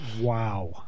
Wow